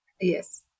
yes